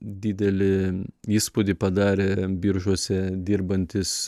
didelį įspūdį padarė biržuose dirbantys